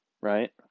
right